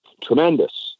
Tremendous